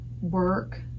work